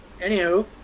anywho